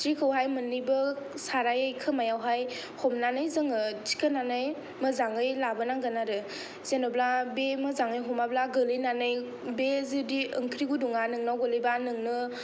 सिथ्रिखौहाय मोननैबो साराइ खोमायावहाय हमनानै जोङो थिखांनानै मोजाङै लाबोनांगोन आरो जेनोब्ला बे मोजाङै हमाब्ला गोलैनानै बे जुदि ओंख्रि गुदुंआ नोंनाव गोलैबा नोङो